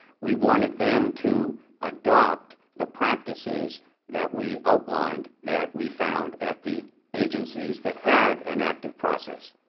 we wanted them to adopt the practices that we outlined that we found at the agencies that had an active process.